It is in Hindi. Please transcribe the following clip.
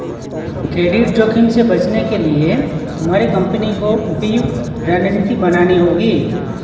क्रेडिट जोखिम से बचने के लिए तुम्हारी कंपनी को उपयुक्त रणनीति बनानी होगी